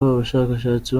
abashakashatsi